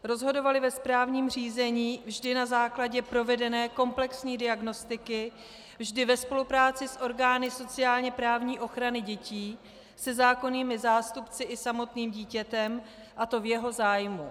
Rozhodovaly ve správním řízení vždy na základě provedené komplexní diagnostiky, vždy ve spolupráci s orgány sociálněprávní ochrany dětí, se zákonnými zástupci i samotným dítětem, a to v jeho zájmu.